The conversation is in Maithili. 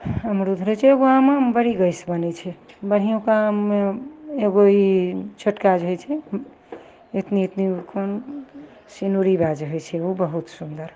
अमरूद होइ छै एगो आमोमे बड़ी गैस बनै छै बढ़िओँका आममे एगो ई छोटका जे होइ छै एतनी एतनीगो कोन सेनुरी वएह जे होइ छै ओ बहुत सुन्दर